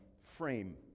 frame